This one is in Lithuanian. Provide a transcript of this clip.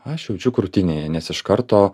aš jaučiu krūtinėje nes iš karto